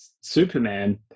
Superman